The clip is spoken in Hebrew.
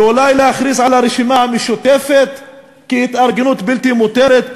ואולי להכריז על הרשימה המשותפת כהתארגנות בלתי מותרת,